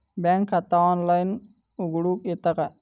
बँकेत खाता ऑनलाइन उघडूक येता काय?